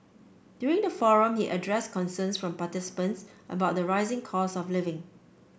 during the forum he addressed concerns from participants about the rising cost of living